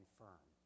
firm